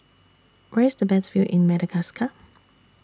Where IS The Best View in Madagascar